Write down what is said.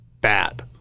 bad